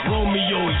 Romeo